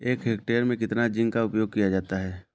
एक हेक्टेयर में कितना जिंक का उपयोग किया जाता है?